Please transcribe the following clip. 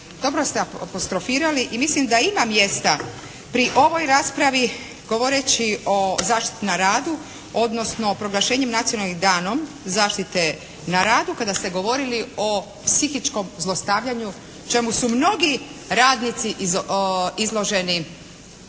dobro ste apostrofirali i mislim da ima mjesta pri ovoj raspravi govoreći o zaštiti na radu odnosno proglašenjem Nacionalnim danom zaštite na radu, kada ste govorili o psihičkom zlostavljanju o čemu su mnogi radnici izloženi